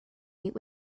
meet